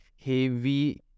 heavy